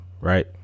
right